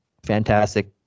fantastic